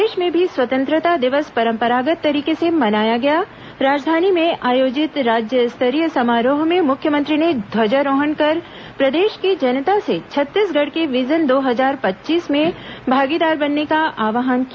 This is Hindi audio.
प्रदेष में भी स्वतंत्रता दिवस परंपरागत तरीके से मनाया गया राजधानी में आयोजित राज्य स्तरीय समारोह में मुख्यमंत्री ने ध्वजारोहण कर प्रदेष की जनता से छत्तीसगढ़ के विजन दो हजार पच्चीस में भागीदार बनने का आव्हान किया